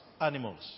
animals